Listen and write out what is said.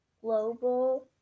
global